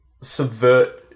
subvert